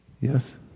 Yes